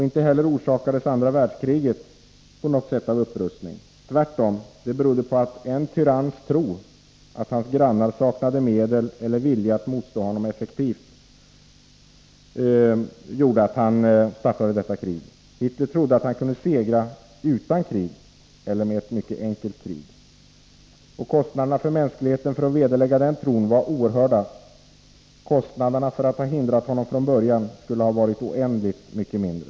Inte heller orsakades andra världskriget på något sätt av upprustning. Tvärtom, det berodde på en tyranns tro att hans grannar saknade medel eller vilja att motstå honom effektivt. Hitler trodde att han kunde segra utan krig eller med ett mycket enkelt krig. Kostnaderna för mänskligheten för att vederlägga den tron var oerhörda; kostnaderna för att hindra honom från början skulle ha varit oändligt mycket mindre.